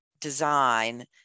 design